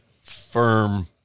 firm